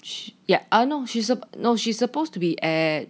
ya nope no she's supposed to be at